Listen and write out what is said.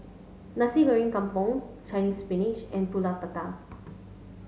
Nasi Goreng Kampung Chinese spinach and Pulut Tatal